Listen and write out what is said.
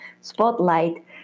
spotlight